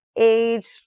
age